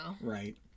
Right